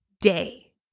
day